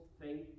faith